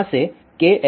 यहाँ से kxmπa